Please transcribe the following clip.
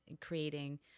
creating